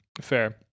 fair